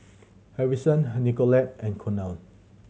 Harrison Nicolette and Colonel